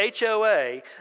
HOA